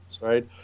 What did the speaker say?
right